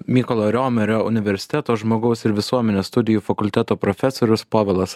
mykolo romerio universiteto žmogaus ir visuomenės studijų fakulteto profesorius povilas